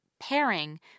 pairing